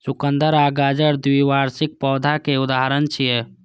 चुकंदर आ गाजर द्विवार्षिक पौधाक उदाहरण छियै